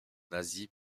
nazis